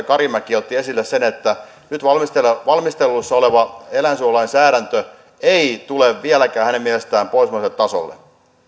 karimäki otti esille sen että nyt valmistelussa oleva eläinsuojelulainsäädäntö ei tule vieläkään hänen mielestään pohjoismaiselle tasolle